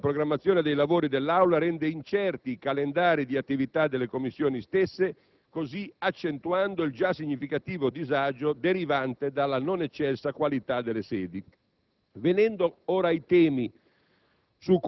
mentre la programmazione dei lavori dell'Aula rende incerti i calendari di attività delle Commissioni stesse, così accentuando il già significativo disagio derivante dalla non eccelsa qualità delle sedi. Venendo ora ai temi